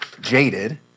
jaded